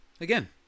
Again